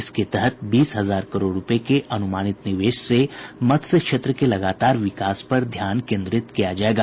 इसके तहत बीस हजार करोड़ रूपए के अनुमानित निवेश से मत्स्य क्षेत्र के लगातार विकास पर ध्यान केन्द्रित किया जाएगा